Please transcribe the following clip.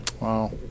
wow